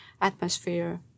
atmosphere